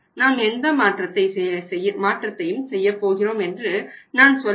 நாம் எந்த மாற்றத்தையும் செய்யப்போகிறோம் என்று நான் சொல்லவில்லை